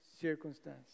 circumstance